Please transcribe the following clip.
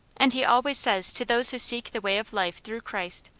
and he always says to those who seek the way of life through christ,